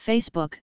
Facebook